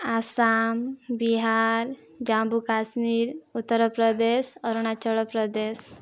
Assam Bihar Jammu Kashmir Uttar Pradesh Arunachal Pradesh